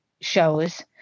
shows